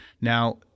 Now